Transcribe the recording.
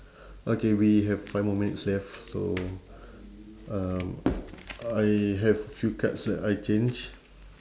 okay we have five more minutes left so um I have a few cards that I change